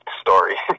story